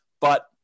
But-